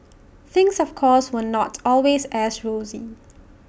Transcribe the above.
things of course were not always as rosy